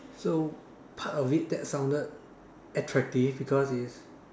so part of it that sounded attractive because it's